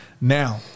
Now